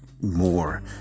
more